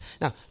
Now